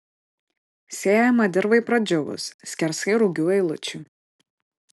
sėjama dirvai pradžiūvus skersai rugių eilučių